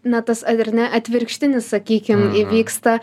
na tas ar ir ne atvirkštinis sakykim įvyksta